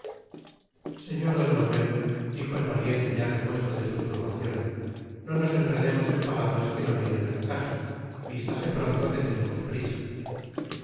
sr d manuel dijo el valiente ya repuesto de su turbación no nos enredemos en palabras que no vienen al caso vístase pronto que tenemos prisa